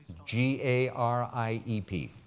g a r i e p.